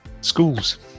schools